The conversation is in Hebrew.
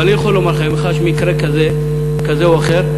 אבל אני יכול לומר לכם שאם יש מקרה כזה או אחר,